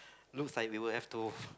looks like we would have to